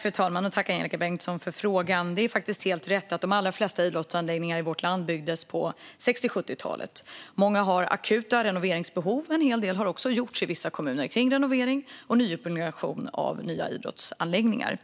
Fru talman! Tack, Angelika Bengtsson, för frågan! Det är helt rätt att de allra flesta idrottsanläggningar i vårt land byggdes på 60 och 70-talet. Många har akuta renoveringsbehov. En hel del har också gjorts i vissa kommuner i fråga om renovering och nybyggnation av idrottsanläggningar.